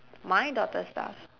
my daughter's stuff